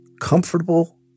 comfortable